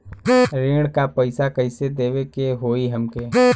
ऋण का पैसा कइसे देवे के होई हमके?